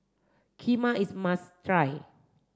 Kheema is must try